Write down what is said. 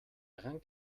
dran